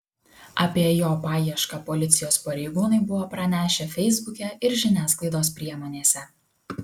apie jo paiešką policijos pareigūnai buvo pranešę feisbuke ir žiniasklaidos priemonėse